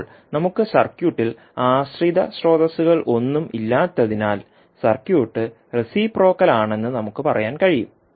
ഇപ്പോൾ നമുക്ക് സർക്യൂട്ടിൽ ആശ്രിത സ്രോതസ്സുകളൊന്നും ഇല്ലാത്തതിനാൽ സർക്യൂട്ട് റെസിപ്രോക്കൽ ആണെന്ന് നമുക്ക് പറയാൻ കഴിയും